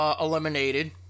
eliminated